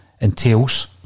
entails